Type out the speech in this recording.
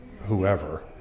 whoever